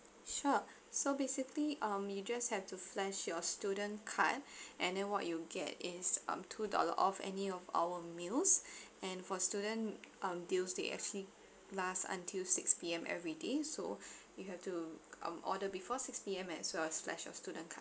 sure so basically um you just have to flash your student card and then what you'll get is um two dollar off any of our meals and for student um deals they actually last until six P_M everyday so you have to um order before six P_M as well as flash your student card